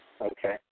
Okay